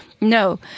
No